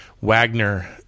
Wagner